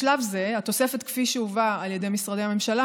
בשלב זה, התוספת כפי שהובאה על ידי משרדי הממשלה